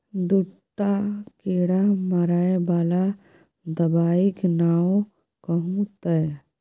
दूटा कीड़ा मारय बला दबाइक नाओ कहू तए